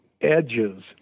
edges